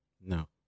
No